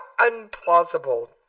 unplausible